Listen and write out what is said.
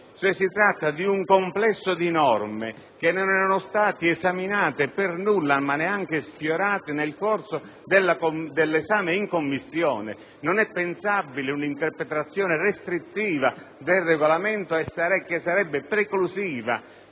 Si tratta dunque di un complesso di norme che non era stato neanche sfiorato nel corso dell'esame in Commissione. Non è pensabile un'interpretazione restrittiva del Regolamento, che sarebbe preclusiva